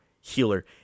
healer